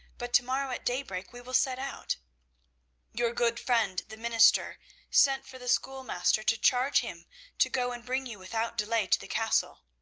but to-morrow at daybreak we will set out your good friend the minister sent for the schoolmaster to charge him to go and bring you without delay to the castle.